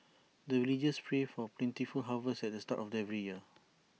the villagers pray for plentiful harvest at the start of every year